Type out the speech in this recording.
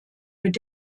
mit